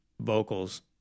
vocals